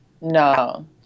No